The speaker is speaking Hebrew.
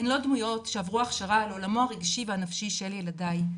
הן לא דמויות שעברו הכשרה על עולמו הנפשי והרגשי של ילדיי,